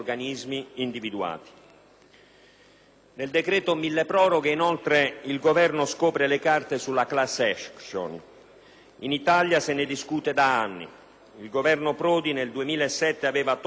Nel decreto-legge milleproroghe, inoltre, il Governo scopre le carte sulla *class action*. In Italia se ne discute da anni. Il Governo Prodi nel 2007 aveva tolto ogni incertezza introducendo